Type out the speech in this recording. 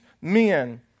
men